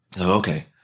Okay